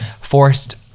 forced